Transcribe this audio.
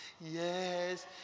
Yes